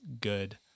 good